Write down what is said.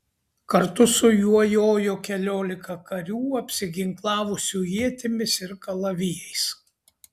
kartu su juo jojo keliolika karių apsiginklavusių ietimis ir kalavijais